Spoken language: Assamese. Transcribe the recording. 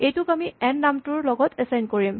এইটোক আমি এন নামটোৰ লগত এচাইন কৰিম